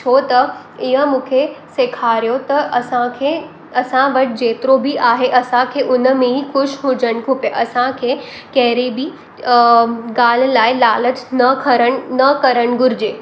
छो त इहा मुखे सेखारियो त असांखे असां वटि जेतिरो बि आहे असांखे उनमें ई ख़ुशि हुजणु खुपे असांखे कहिड़े बि अ ॻाल्ह लाइ लालच न खरण न करणु घुरिजे